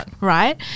right